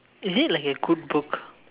is it like a good book